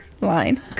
line